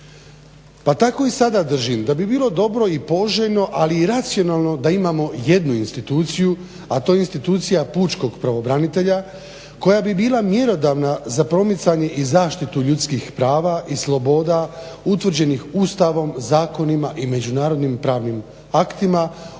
Pa tako i sada držim da bi bilo dobro i poželjno ali i racionalno da imamo jednu instituciju, a to je institucija pučkog pravobranitelja koja bi bila mjerodavna za promicanje i zaštitu ljudskih prava i sloboda utvrđenih Ustavom, zakonima i međunarodnim pravnim aktima o ljudskim